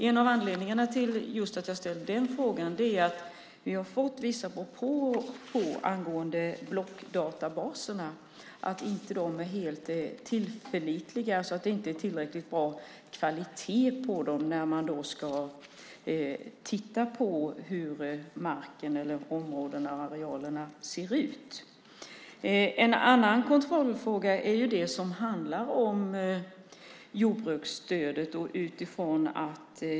En av anledningarna till att jag ställer just den frågan är att vi har fått vissa propåer om att blockdatabaserna inte är helt tillförlitliga, att det inte är tillräckligt bra kvalitet på dem när man ska titta på hur marken, områdena eller arealerna ser ut. En annan kontrollfråga handlar om jordbruksstödet.